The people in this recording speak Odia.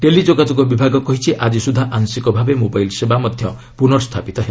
ଟେଲି ଯୋଗାଯୋଗ ବିଭାଗ କହିଛି ଆଜି ସୁଦ୍ଧା ଆଂଶିକ ଭାବେ ମୋବାଇଲ୍ ସେବା ପୁନଃ ସ୍ଥାପିତ ହେବ